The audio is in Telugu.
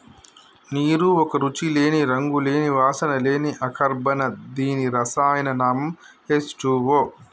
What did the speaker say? నీరు ఒక రుచి లేని, రంగు లేని, వాసన లేని అకర్బన దీని రసాయన నామం హెచ్ టూవో